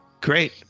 great